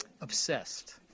obsessed